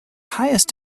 highest